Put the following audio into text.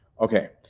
Okay